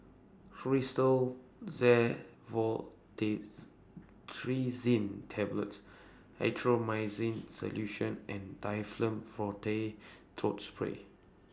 Tablets Erythroymycin Solution and Difflam Forte Throat Spray